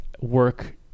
work